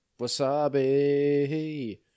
Wasabi